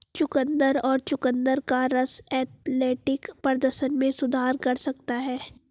चुकंदर और चुकंदर का रस एथलेटिक प्रदर्शन में सुधार कर सकता है